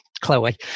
Chloe